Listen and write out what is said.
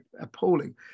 appalling